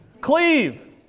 cleave